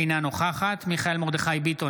אינה נוכחת מיכאל מרדכי ביטון,